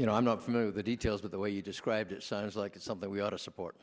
you know i'm not familiar with the details of the way you described it sounds like it's something we ought to